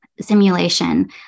simulation